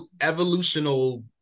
evolutional